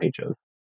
pages